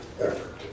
effort